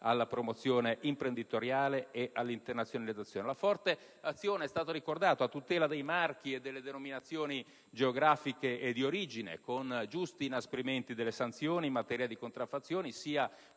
alla promozione imprenditoriale e all'internazionalizzazione. Mi riferisco alla forte azione a tutela dei marchi e delle denominazioni geografiche e di origine, con giusti inasprimenti delle sanzioni in materia di contraffazioni, sia